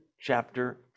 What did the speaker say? chapter